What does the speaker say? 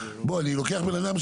בוא אני לוקח בן אדם,